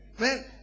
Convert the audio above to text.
Man